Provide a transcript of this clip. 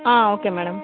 okay madam